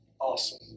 Awesome